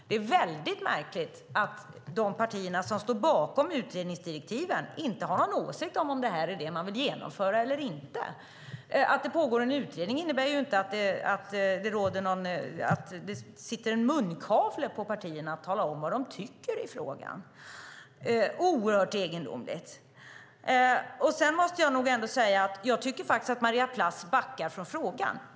Det är väldigt märkligt att de partier som står bakom utredningsdirektiven inte har någon åsikt om det är det här man vill genomföra eller inte. Att det pågår en utredning innebär ju inte att det sitter munkavle på partierna när det gäller att tala om vad de tycker i frågan. Oerhört egendomligt! Sedan måste jag nog ändå säga att jag faktiskt tycker att Maria Plass backar från frågan.